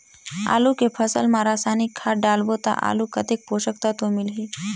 आलू के फसल मा रसायनिक खाद डालबो ता आलू कतेक पोषक तत्व मिलही?